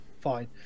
fine